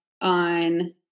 on